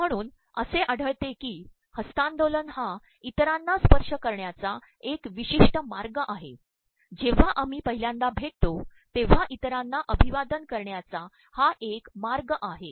म्हणून असे आढळते की हस्त्तांदोलन हा इतरांना स्त्पशय करण्याचा एक प्रवमशष्ि मागय आहे जेव्हा आम्ही पद्रहल्यांदा भेितो तेव्हा इतरांना अमभवादन करण्याचा हा एक मागय आहे